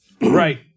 Right